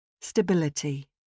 Stability